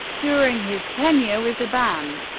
during his tenure with the band,